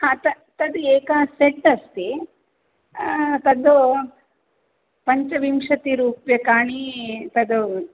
तद् तद् एका सेट् अस्ति तद् पञ्चविंशतिरूप्यकाणि तद्